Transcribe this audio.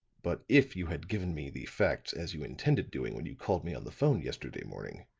but if you had given me the facts as you intended doing when you called me on the phone yesterday morning,